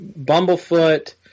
Bumblefoot